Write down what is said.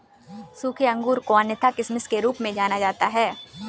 सूखे अंगूर को अन्यथा किशमिश के रूप में जाना जाता है